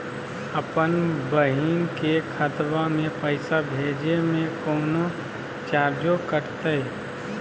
अपन बहिन के खतवा में पैसा भेजे में कौनो चार्जो कटतई?